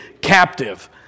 captive